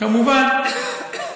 כמובן,